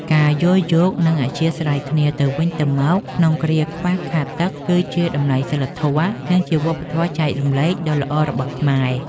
ការយល់យោគ និងអធ្យាស្រ័យគ្នាទៅវិញទៅមកក្នុងគ្រាខ្វះខាតទឹកគឺជាតម្លៃសីលធម៌ និងជាវប្បធម៌ចែករំលែកដ៏ល្អរបស់ខ្មែរ។